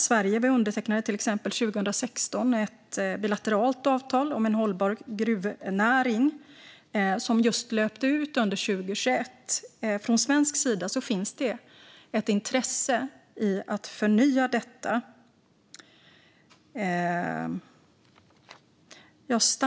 Sverige undertecknade till exempel 2016 ett bilateralt avtal om en hållbar gruvnäring, vilket löpte ut under 2021. Från svensk sida finns det ett intresse av att förnya detta.